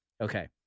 Okay